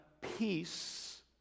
peace